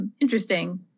interesting